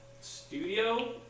studio